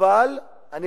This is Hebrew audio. אז בשביל מה לעשות אותן?